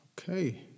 Okay